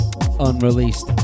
Unreleased